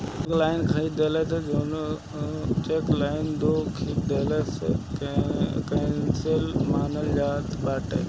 check पअ दुगो line खिंच देबअ तअ उ चेक केंसल मानल जात बाटे